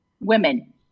Women